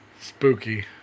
Spooky